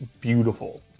beautiful